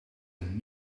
een